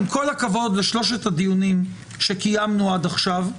עם כל הכבוד לשלושת הדיונים שקיימנו עד עכשיו,